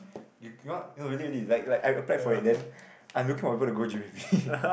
you no really really like like I applied for it then I'm looking for people to go gym with me